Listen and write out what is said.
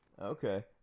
Okay